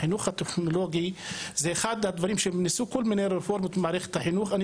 החינוך הטכנולוגי זה אחד הדברים שניסו כל מיני רפורמות במערכת החינוך,